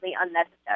unnecessary